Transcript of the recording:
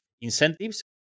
incentives